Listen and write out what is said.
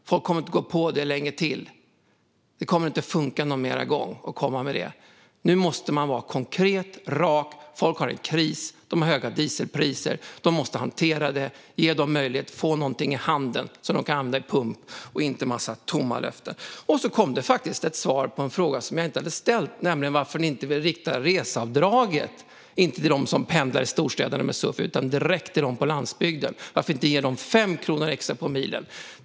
Folk kommer inte att gå på det länge till. Det kommer inte att funka någon mer gång att komma med det. Nu måste man vara konkret och rak. Folk har en kris. De har höga dieselpriser. De måste hantera det. Ge dem möjlighet att få någonting i handen som de kan använda vid pump och inte massa tomma löften. Sedan kom det faktiskt också ett svar på en fråga som jag inte hade ställt, nämligen om reseavdraget. Vi riktar det inte till dem som pendlar i storstäderna med suv utan direkt till dem på landsbygden. Varför inte ge dem 5 kronor extra på milen?